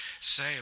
say